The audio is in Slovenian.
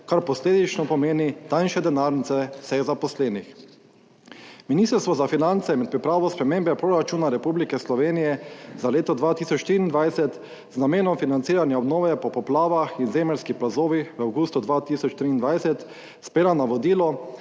kar posledično pomeni manjše denarnice vseh zaposlenih. Ministrstvo za finance med pripravo spremembe proračuna Republike Slovenije za leto 2023 z namenom financiranja obnove po poplavah in zemeljskih plazovih v 2. TRAK: (SB)